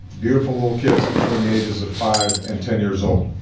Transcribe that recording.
beautiful little kids between the ages of five and ten years old.